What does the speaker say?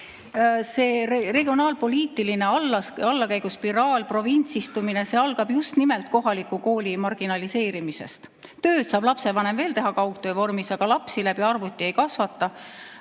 See regionaalpoliitiline allakäiguspiraal ja provintsistumine algab just nimelt kohaliku kooli marginaliseerimisest. Tööd saab lapsevanem veel teha kaugtöö vormis, aga lapsi läbi arvuti ei kasvata,